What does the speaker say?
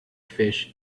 fish